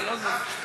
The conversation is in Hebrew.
זה להוריד אותנו.